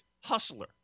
hustler